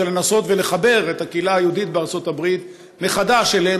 זה לנסות לחבר את הקהילה היהודית בארצות הברית מחדש אלינו,